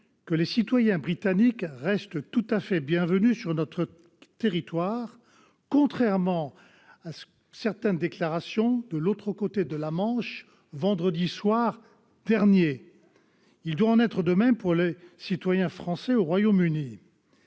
que les ressortissants britanniques restent tout à fait bienvenus sur notre territoire, contrairement à certaines déclarations entendues de l'autre côté de la Manche, vendredi soir dernier. Il doit en aller de même pour les citoyens français au Royaume-Uni.